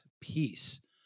peace